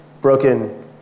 broken